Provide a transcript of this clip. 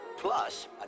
Plus